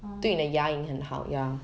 oh